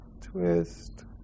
twist